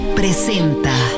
presenta